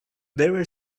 were